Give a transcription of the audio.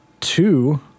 two